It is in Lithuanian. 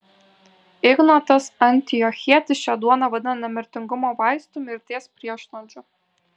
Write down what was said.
ignotas antiochietis šią duoną vadina nemirtingumo vaistu mirties priešnuodžiu